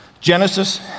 Genesis